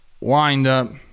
windup